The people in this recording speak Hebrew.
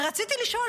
ורציתי לשאול,